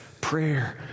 prayer